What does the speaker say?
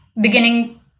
beginning